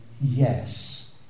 yes